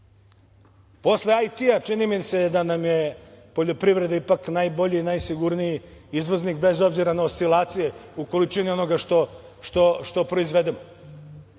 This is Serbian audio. Posle IT, čini mi se da nam je poljoprivreda ipak najbolji i najsigurniji izvoznik, bez obzira na oscilacije, u količinama onoga što proizvedemo.